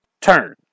turn